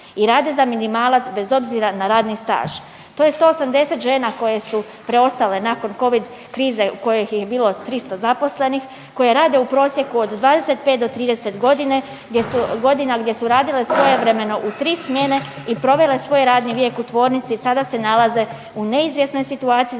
i rade za minimalac bez obzira na radni staž. To je 180 žena koje su preostale nakon Covid krize kojih je bilo 300 zaposlenih, koje rade u prosjeku od 25 do 30 godina gdje su radile svojevremeno u 3 smjene i provele svoj radni vijek u tvornici i sada se nalaze u neizvjesnoj situaciji